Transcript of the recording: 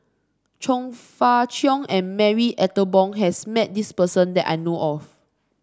Chong Fah Cheong and Marie Ethel Bong has met this person that I know of